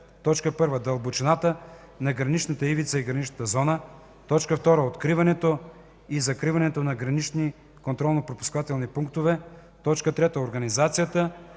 1. дълбочината на граничната ивица и граничната зона; 2. откриването и закриването на гранични контролно-пропускателни пунктове; 3. организацията,